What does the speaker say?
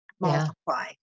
multiply